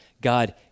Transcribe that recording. God